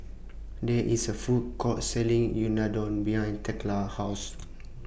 There IS A Food Court Selling Unadon behind Thekla's House